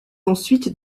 ensuite